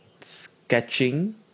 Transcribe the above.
sketching